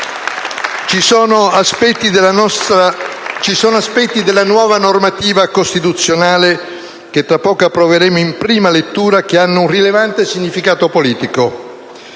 Ci sono aspetti della nuova normativa costituzionale, che tra poco approveremo in prima lettura, che hanno un rilevante significato politico.